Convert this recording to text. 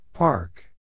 Park